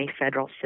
federal